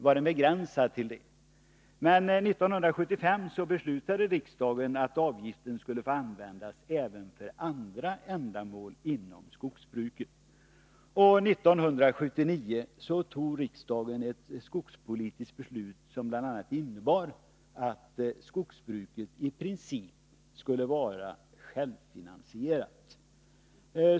Men 1975 beslutade riksdagen att avgiften skulle få användas även för andra ändamål inom skogsbruket. 1979 fattade riksdagen ett skogspolitiskt beslut som bl.a. innebar att skogsbruket i princip skulle vara självfinansierat.